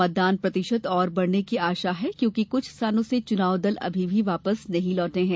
मतदान प्रतिशत और बढ़ने की आशा है क्योंकि कुछ स्थानों से चुनाव दल अभी वापिस नहीं लौटे हैं